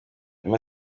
wema